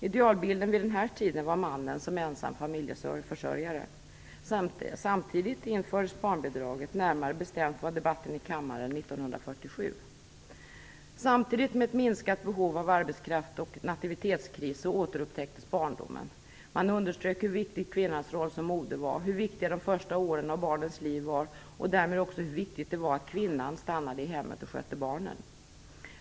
Idealbilden vid den här tiden var mannen som ensam familjeförsörjare. Samtidigt infördes barnbidraget. Närmare bestämt ägde debatten rum i kammaren 1947. Samtidigt med ett minskat behov av arbetskraft och nativitetskris återupptäcktes barndomen. Man underströk hur viktig kvinnans roll som moder var, hur viktiga de första åren i barnens liv var och därmed också hur viktigt det var att kvinnan stannade i hemmet och skötte barnen.